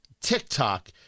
TikTok